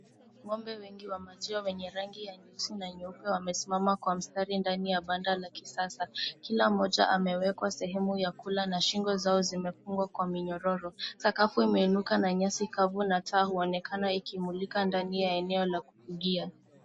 Ng'ombe wengi wa maziwa wenye rangi ya nyeusi na nyeupe wamesimama kwa mstari ndani ya banda la kisasa. Kila mmoja amewekwa sehemu ya kula na shingo zao zimefungwa kwa minyororo. Sakafu imeinuka na nyasi kavu na taa huonekana ikimulika ndani ya eneo la kukulia.